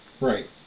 Right